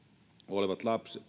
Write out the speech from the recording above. olevat lapset